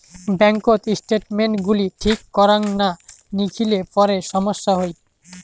ব্যাঙ্ককোত স্টেটমেন্টস গুলি ঠিক করাং না লিখিলে পরে সমস্যা হই